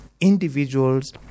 Individuals